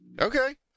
Okay